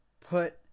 put